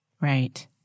Right